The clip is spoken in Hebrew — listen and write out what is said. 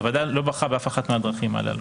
והוועדה לא בחרה באף אחת מהדרכים הללו.